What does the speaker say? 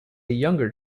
younger